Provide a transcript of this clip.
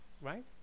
right